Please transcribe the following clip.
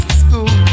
school